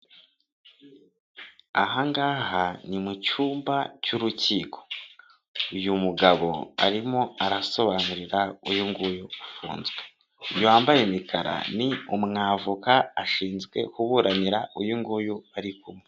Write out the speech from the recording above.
Aha ngaha ni mu cyumba cy'urukiko. Uyu mugabo arimo arasobanurira uyu nguyu ufunzwe. Uyu wambaye imikara ni umwavoka, ashinzwe kuburanira uyu nguyu bari kumwe.